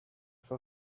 for